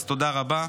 אז תודה רבה.